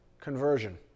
conversion